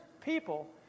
people